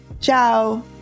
ciao